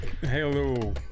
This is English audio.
hello